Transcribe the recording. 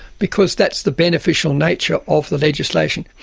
because that's the beneficial nature of the legislation.